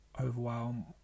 overwhelm